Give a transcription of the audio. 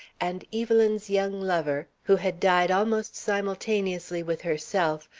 and evelyn's young lover, who had died almost simultaneously with herself,